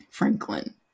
Franklin